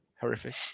horrific